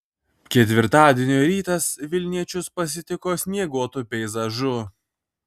ketvirtadienio rytas vilniečius pasitiko snieguotu peizažu